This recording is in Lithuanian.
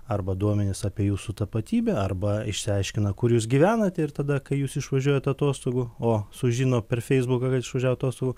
arba duomenis apie jūsų tapatybę arba išsiaiškina kur jūs gyvenate ir tada kai jūs išvažiuojat atostogų o sužino per feisbuką kad išvažiavot atostogų